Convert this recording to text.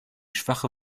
schwache